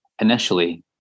initially